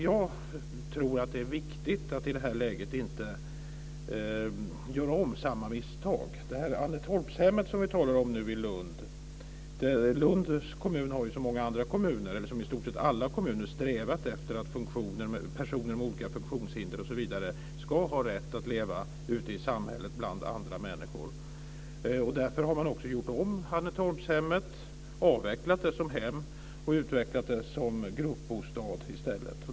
Jag tror att det i det här läget är viktigt att inte göra om samma misstag. Lunds kommun har, som i stort sett alla andra kommuner, strävat efter att personer med olika funktionshinder osv. ska ha rätt att leva ute i samhället bland andra människor. Därför har man gjort om Annetorpshemmet. Man har avvecklat det som hem och utvecklat det som gruppbostad i stället.